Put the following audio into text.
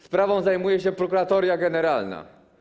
Sprawą zajmuje się Prokuratoria Generalna.